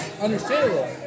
understandable